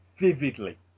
vividly